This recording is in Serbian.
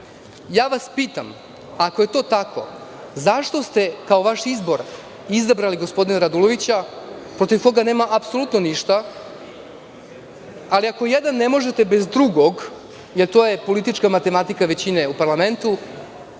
Pitam vas, ako je to tako, zašto ste kao vaš izbor izabrali gospodina Radulovića protiv koga nemam apsolutno ništa, ali ako ne možete jedan bez drugog, jer to je politička matematika većine u parlamentu,